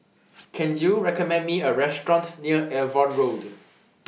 Can YOU recommend Me A Restaurant near Avon Road